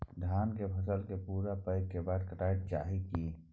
धान के फसल के पूरा पकै के बाद काटब चाही की?